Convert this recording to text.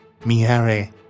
Miare